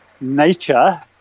nature